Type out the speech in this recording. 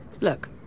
Look